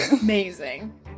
Amazing